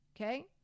Okay